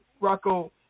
Rocco